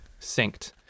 synced